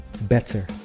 better